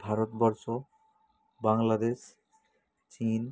ভারতবর্ষ বাংলাদেশ চীন